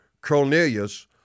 Cornelius